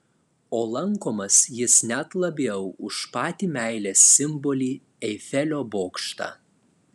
o lankomas jis net labiau už patį meilės simbolį eifelio bokštą